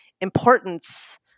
importance